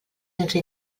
sense